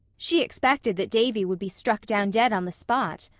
she expected that davy would be struck down dead on the spot.